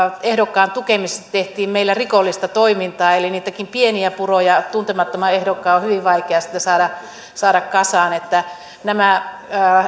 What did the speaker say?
ehdokkaan tukemisesta tehtiin meillä rikollista toimintaa eli niitä pieniäkin puroja tuntemattoman ehdokkaan on hyvin vaikea sitten saada kasaan nämä